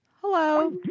Hello